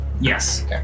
Yes